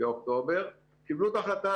באוקטובר קיבלו את ההחלטה